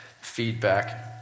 feedback